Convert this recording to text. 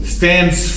stands